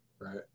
Right